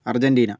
Argentina